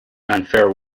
unfair